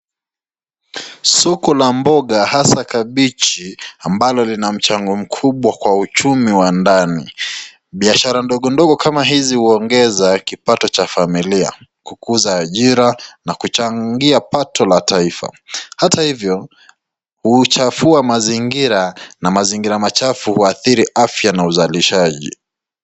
Soko la mboga hasa kabichi, ambalo lina mchango mkubwa kwa uchumi wa ndani, biashara ndogo ndogo kama hizi huongeza kipato cha familia, kukuza ajira na kuchangia pato la taifa, hata hivyo, huchafua mazingira na mazingira machafu huathiri afya na uzalishaji.